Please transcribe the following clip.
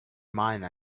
mine